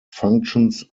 functions